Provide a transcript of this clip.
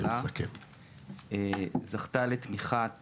לממשלה, זכתה לתמיכת